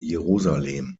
jerusalem